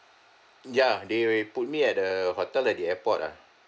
ya they put me at the hotel at the airport ah